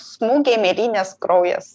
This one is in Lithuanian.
smūgiai mėlynės kraujas